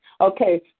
Okay